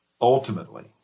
ultimately